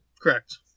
Correct